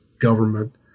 government